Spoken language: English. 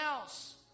else